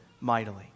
mightily